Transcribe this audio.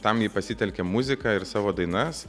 tam ji pasitelkė muziką ir savo dainas